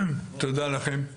תודה לכם.